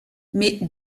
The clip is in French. mais